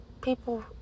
people